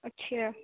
اچھا